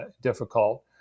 difficult